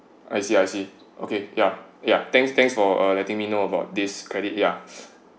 I see I see okay yup yup thanks thanks for uh letting me know about this credit ya